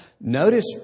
Notice